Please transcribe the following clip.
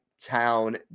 town